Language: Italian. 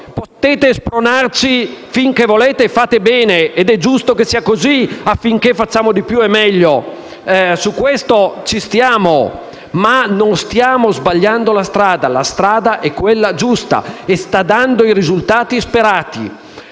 Potete spronarci finché volete, fate bene ed è giusto che sia così affinché facciamo di più e meglio; su questo siamo d’accordo, ma non stiamo sbagliando la strada: la strada è quella giusta e sta dando i risultati sperati;